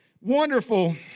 wonderful